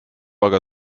aga